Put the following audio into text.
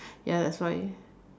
ya that's why